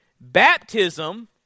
Baptism